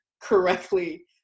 correctly